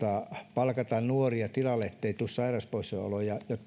palkataan nuoria tilalle ettei tule sairauspoissaoloja ja